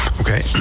Okay